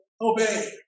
obey